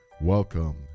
Welcome